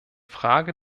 frage